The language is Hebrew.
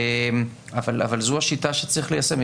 אבל זו השיטה שצריך ליישם,